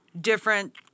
different